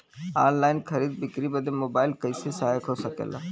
Online खरीद बिक्री बदे मोबाइल कइसे सहायक हो सकेला?